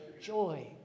joy